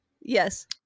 Yes